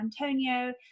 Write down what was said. Antonio